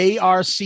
ARC